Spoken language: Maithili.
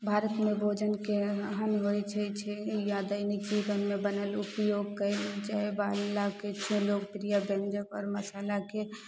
भारतमे भोजनके अहम होइ छै या दैनिक जीवनमे बनल उपयोग कै जाइवलाके कोनो प्रिय व्यञ्जन आओर मसालाके